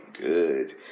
good